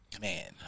man